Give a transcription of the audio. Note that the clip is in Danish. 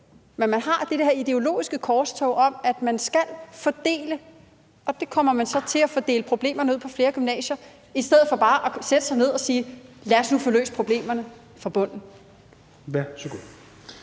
Men man har det her ideologiske korstog om, at man skal fordele, og så kommer man til at fordele problemerne ud på flere gymnasier i stedet for bare at sætte sig ned og sige: Lad os nu få løst problemerne fra bunden.